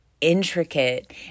intricate